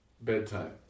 bedtime